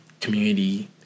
community